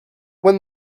when